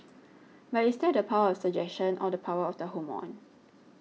but is that the power of suggestion or the power of the hormone